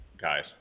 guys